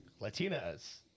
Latinas